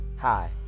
Hi